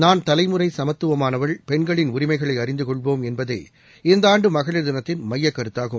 நான் தலைமுறை சமத்துவமானவள் பெண்களின் உரிமைகளை அறிந்து கொள்வோம் என்பதே இந்த ஆண்டு மகளிர் தினத்தின் மையக்கருத்தாகும்